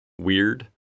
weird